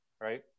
right